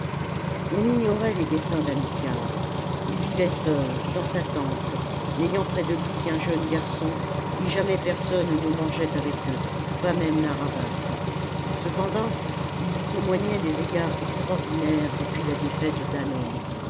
on ignorait les desseins d'hamilcar ii vivait seul dans sa tente n'ayant près de lui qu'un jeune garçon et jamais personne ne mangeait avec eux pas même narr'havas cependant il lui témoignait des égards extraordinaires depuis la défaite d'hannon